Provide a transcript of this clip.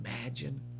imagine